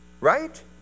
right